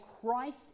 christ